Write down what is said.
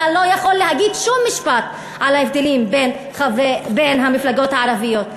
אתה לא יכול להגיד שום משפט על ההבדלים בין המפלגות הערביות.